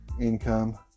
income